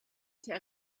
der